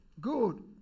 good